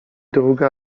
druga